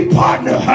partner